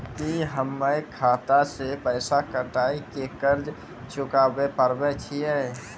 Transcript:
की हम्मय खाता से पैसा कटाई के कर्ज चुकाबै पारे छियै?